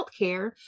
healthcare